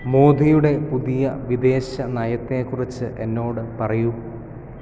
മോദിയുടെ പുതിയ വിദേശ നയത്തെക്കുറിച്ച് എന്നോട് പറയൂ